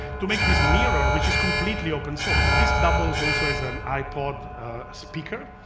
to make this mirror, which is completely open-source. this doubles also as an ipod speaker.